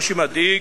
מה שמדאיג,